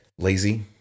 lazy